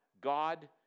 God